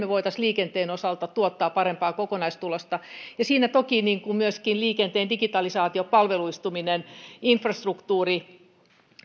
me voisimme liikenteen osalta tuottaa parempaa kokonaistulosta ja siinä toki myöskin liikenteen digitaalisaatio palveluistuminen infrastruktuuri